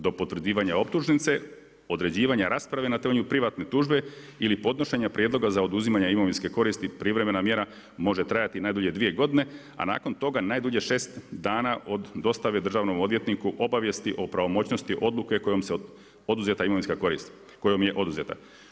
Do potvrđivanja optužnice, određivanja rasprave na temelju privatne tužbe ili podnošenja prijedloga za oduzimanje imovinske koristi privremena mjera može trajati najdulje dvije godine, a nakon toga najdulje 6 dana od dostave državnom odvjetniku obavijesti o pravomoćnosti odluke kojom se oduzeta imovinska korist, kojom je oduzeta.